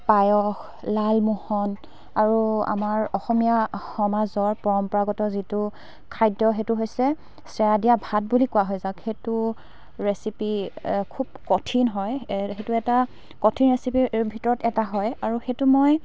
পায়স লালমোহন আৰু আমাৰ অসমীয়া সমাজৰ পৰম্পৰাগত যিটো খাদ্য সেইটো হৈছে চেৱা দিয়া ভাত বুলি কোৱা হয় তাক সেইটো ৰেচিপি খুব কঠিন হয় সেইটো এটা কঠিন ৰেচিপিৰ ভিতৰত এটা হয় আৰু সেইটো মই